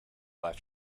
left